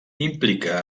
implica